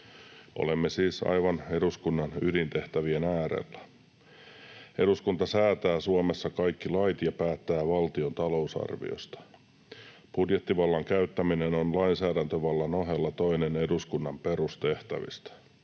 Olemme siis aivan eduskunnan ydintehtävien äärellä. Eduskunta säätää Suomessa kaikki lait ja päättää valtion talousarviosta. Budjettivallan käyttäminen on lainsäädäntövallan ohella toinen eduskunnan perustehtävistä.